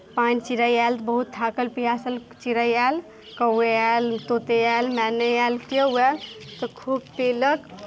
पानि चिड़ै आयल बहुत थाकल प्यासल चिड़ै आयल कौए आयल तोते आयल मैने आयल केओ आयल तऽ खूब पीलक